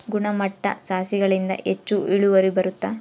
ಗುಣಮಟ್ಟ ಸಸಿಗಳಿಂದ ಹೆಚ್ಚು ಇಳುವರಿ ಬರುತ್ತಾ?